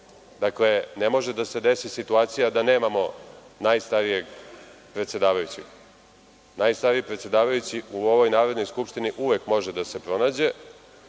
Dakle, ne može da se desi situacija da nemamo najstarijeg predsedavajućeg. Najstariji predsedavajući u ovoj Narodnoj skupštini uvek može da se pronađe. Tako